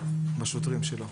בשוטרים שלו,